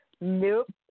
Nope